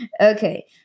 Okay